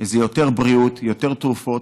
זה יותר בריאות, יותר תרופות.